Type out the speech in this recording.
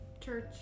church